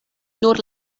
nur